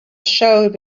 showed